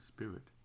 Spirit